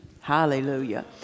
Hallelujah